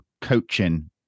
coaching